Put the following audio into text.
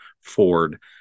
Ford